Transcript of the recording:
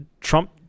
Trump